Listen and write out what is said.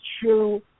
true